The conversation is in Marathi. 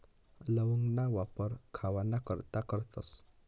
लवंगना वापर खावाना करता करतस